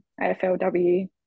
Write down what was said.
AFLW